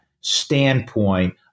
standpoint